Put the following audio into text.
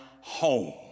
home